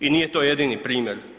I nije to jedini primjer.